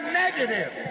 negative